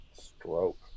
stroke